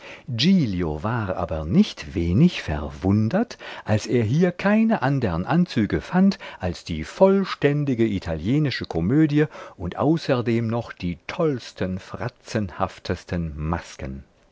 war aber nicht wenig verwundert als er hier keine andern anzüge fand als die vollständige italienische komödie und außerdem noch die tollsten fratzenhaftesten masken